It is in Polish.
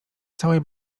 całej